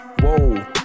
whoa